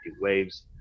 waves